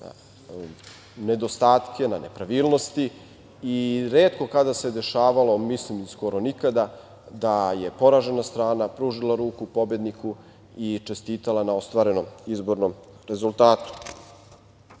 nedostatke, na nepravilnosti i retko kada se dešavalo, mislim skoro nikada, da je poražena strana pružila ruku pobedniku i čestitala na ostvarenom izbornom rezultatu. Republička